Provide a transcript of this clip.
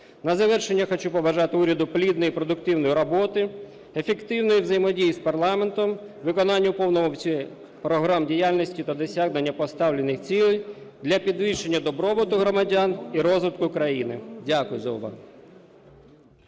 На завершення хочу побажати уряду плідної і продуктивної роботи, ефективної взаємодії з парламентом, виконання в повному обсязі програм діяльності та досягнення поставлених цілей для підвищення добробуту громадян і розвитку країни. Дякую за увагу.